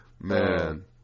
man